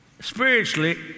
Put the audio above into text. spiritually